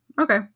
Okay